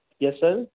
yes sir